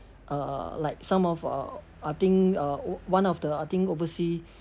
uh like some of uh I think uh one of the I think oversea